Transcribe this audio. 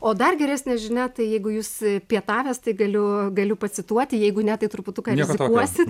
o dar geresnė žinia tai jeigu jūs pietavęs tai galiu galiu pacituoti jeigu ne tai truputuką rizikuosit